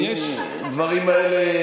הדברים האלה,